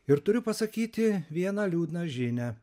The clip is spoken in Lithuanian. ir turiu pasakyti vieną liūdną žinią